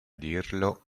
dirlo